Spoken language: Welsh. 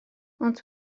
ond